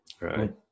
right